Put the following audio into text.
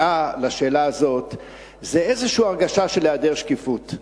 לשאלה הזאת הוא איזו הרגשה של היעדר שקיפות.